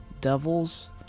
devils